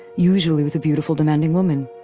usually with a beautiful, demanding woman,